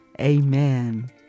amen